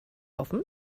offen